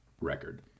record